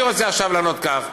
אני רוצה עכשיו לענות כך,